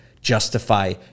justify